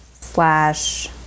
slash